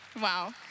Wow